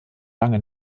lange